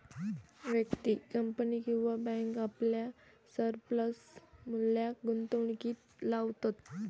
व्यक्ती, कंपनी किंवा बॅन्क आपल्या सरप्लस मुल्याक गुंतवणुकीत लावतत